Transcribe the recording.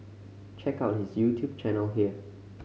check out his YouTube channel here